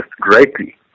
greatly